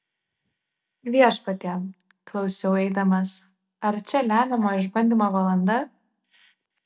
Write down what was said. viešpatie klausiau eidamas ar čia lemiamo išbandymo valanda